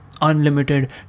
Unlimited